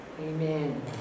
Amen